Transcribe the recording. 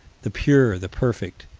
the pure, the perfect.